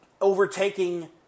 overtaking